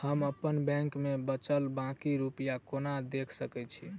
हम अप्पन बैंक मे बचल बाकी रुपया केना देख सकय छी?